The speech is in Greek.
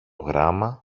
γράμμα